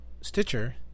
Stitcher